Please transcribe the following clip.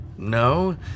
No